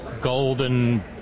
golden